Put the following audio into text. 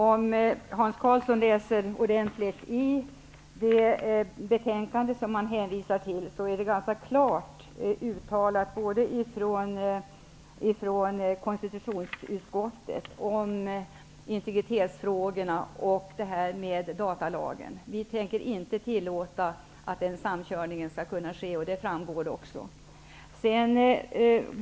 Om Hans Karlsson läser ordentligt i det betänkande som han hänvisar till, finner han ett ganska klart uttalande av konstitutionsutskottet om integritetsfrågorna och datalagen. Vi tänker inte tillåta att en samkörning skall kunna ske, och det framgår också.